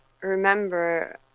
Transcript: remember